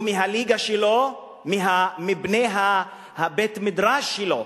הוא מהליגה שלו, מבית-המדרש לו.